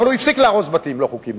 אבל הוא הפסיק להרוס בתים לא חוקיים,